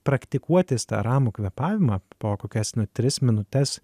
praktikuotis tą ramų kvėpavimą po kokias tris minutes